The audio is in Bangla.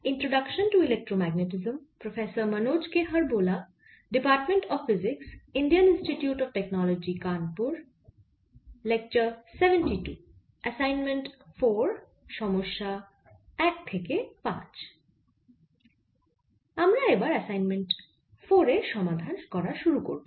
Introduction to Electromagneti আমরা এবার অ্যাসাইনমেন্ট 4 এর সমাধান করা শুরু করব